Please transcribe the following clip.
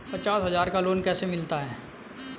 पचास हज़ार का लोन कैसे मिलता है?